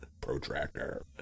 Protractor